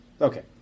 Okay